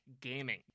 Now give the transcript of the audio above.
gaming